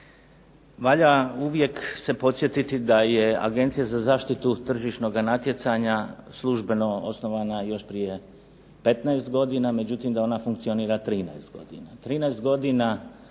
Valja uvije se podsjetiti da je Agencija za zaštitu tržišnog natjecanja službeno osnovana prije 15 godina, međutim da ona funkcionira 13 godina.